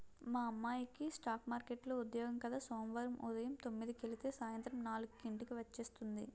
మా అమ్మాయికి స్ఠాక్ మార్కెట్లో ఉద్యోగం కద సోమవారం ఉదయం తొమ్మిదికెలితే సాయంత్రం నాలుక్కి ఇంటికి వచ్చేస్తుంది